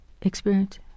experience